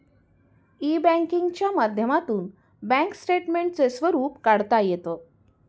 E बँकिंगच्या माध्यमातून bank स्टेटमेंटचे स्वरूप काढता येतं